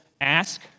ask